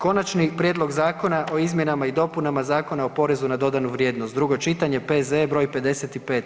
Konačni prijedlog Zakona o izmjenama i dopunama Zakona o porezu na dodanu vrijednost, drugo čitanje, P.Z.E. br. 55.